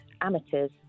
amateurs